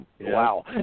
wow